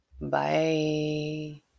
Bye